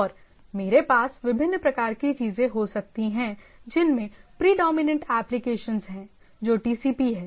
और मेरे पास विभिन्न प्रकार की चीजें हो सकती हैं जिनमें प्रीडोमिनेंट एप्लीकेशंस हैं जो टीसीपी हैं